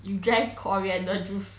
you drank coriander juice